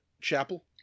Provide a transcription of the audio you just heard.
Chapel